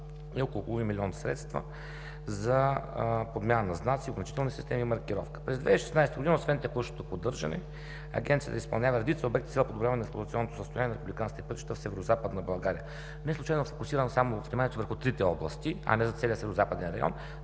и около половин милион средства за подмяна на знаци, ограничителни системи, маркировка. През 2016 г. освен текущото поддържане, Агенцията изпълнява редица обекти с цел подобряване на експлоатационното състояние на републиканските пътища в Северозападна България. Не случайно фокусирам само вниманието върху трите области, а не за целия Северозападен район,